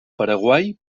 paraguai